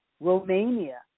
Romania